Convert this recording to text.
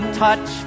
touch